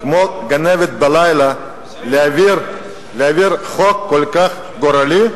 כמו גנבת בלילה להעביר חוק כל כך גורלי.